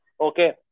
Okay